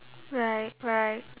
right